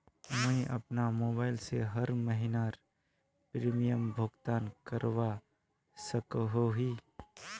मुई अपना मोबाईल से हर महीनार प्रीमियम भुगतान करवा सकोहो ही?